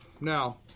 now